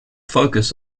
focus